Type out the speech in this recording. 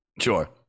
Sure